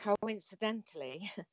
coincidentally